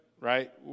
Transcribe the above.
right